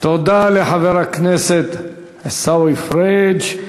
תודה לחבר הכנסת עיסאווי פריג'.